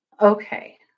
okay